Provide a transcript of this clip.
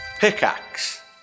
Pickaxe